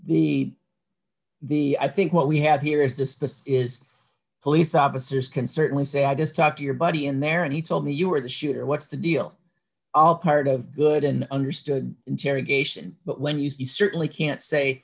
the the i think what we have here is dispossessed is police officers can certainly say i just talked to your buddy in there and he told me you were the shooter what's the deal all part of good and understood interrogation but when he certainly can't say